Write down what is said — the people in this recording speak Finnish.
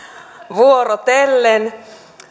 vuorotellen